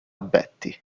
betty